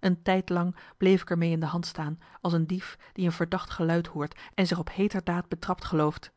een tijdlang bleef ik er mee in de hand staan als een dief die een verdacht geluid hoort en zich op heeter daad betrapt gelooft